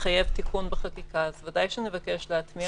שיחייב תיקון בחקיקה ואז וודאי שנבקש להטמיע את זה.